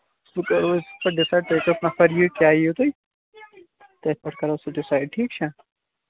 تیٛوٗتاہ روزِ تۅہہِ ڈِفیکٹ تُہۍ ہیٚکو نَفر کیٛاہ ہیِو تُہۍ تٔتھۍ پیٚٹھ کَرو سُہ ڈِسایِڈ ٹھیٖک چھا